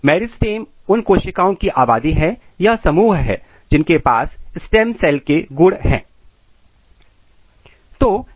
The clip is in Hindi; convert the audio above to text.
मेरिस्टेम उन कोशिकाओं की आबादी है या समूह है जिनके पास स्टेम सेल के गुण है